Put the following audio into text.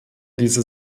diese